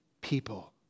people